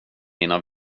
mina